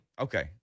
Okay